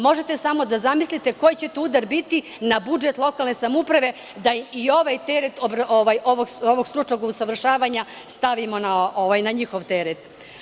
Možete samo da zamislite koji će to udar biti na budžet lokalne samouprave da im i ovaj teret ovog stručnog usavršavanja stavimo na njihov teret.